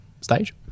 stage